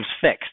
fixed